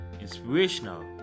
Inspirational